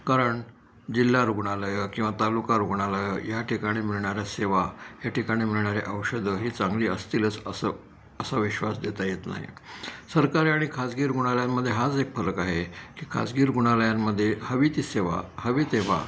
कारण जिल्हा रुग्णालयं किंवा तालुका रुग्णालयं या ठिकाणी मिळणाऱ्या सेवा ह्या ठिकाणी मिळणारे औषधं ही चांगली असतीलच असं असा विश्वास देता येत नाही सरकारी आणि खाजगी रुग्णालयांमध्ये हाच एक फरक आहे की खाजगी रुग्णालयांमध्ये हवी ती सेवा हवी तेव्हा